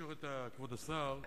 מה שרציתי לשאול את כבוד השר הוא,